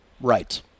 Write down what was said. Right